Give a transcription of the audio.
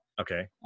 Okay